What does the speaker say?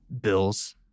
bills